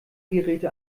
geräte